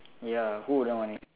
ya who wouldn't want it